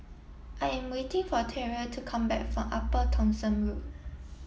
I am waiting for Tyrel to come back from Upper Thomson Road